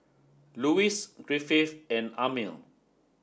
Lewis Griffith and Amil